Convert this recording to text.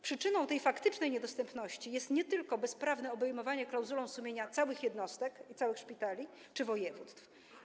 Przyczyną tej faktycznej niedostępności jest nie tylko bezprawne obejmowanie klauzulą sumienia całych jednostek, całych szpitali czy województw.